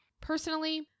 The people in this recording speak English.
Personally